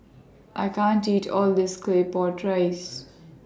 I can't eat All of This Claypot Rice